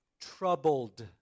troubled